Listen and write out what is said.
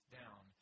down